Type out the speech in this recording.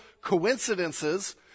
coincidences